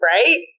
Right